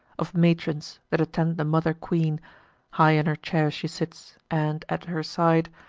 of matrons, that attend the mother queen high in her chair she sits, and, at her side,